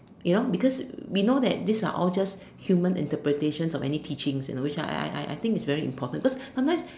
you know because we know that this are all just human interpretation of teachings you know which I I I I think is very important cause sometimes